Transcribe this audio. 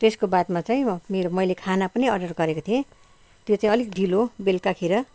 त्यस्को बादमा चाहिँ मेरो मैले खाना पनि अर्डर गरेको थिएँ त्यो चाहिँ अलिक ढिलो बेलुकाखेर